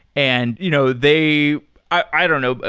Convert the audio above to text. and you know they i don't know.